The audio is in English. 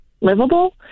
livable